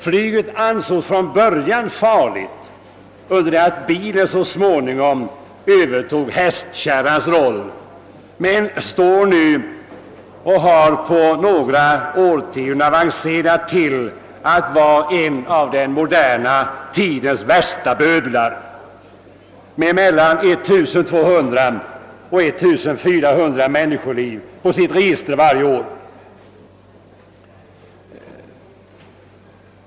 Flyget ansågs från början farligt, under det att bilen så småningom övertog hästkärrans roll Men på några årtionden har bilen avancerat till att vara en av den moderna tidens värsta bödlar med mellan 1 200 och 1400 människoliv på sitt register varje år.